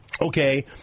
okay